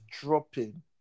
dropping